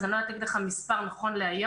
אבל אני לא יודעת להגיד לך מספר נכון להיום.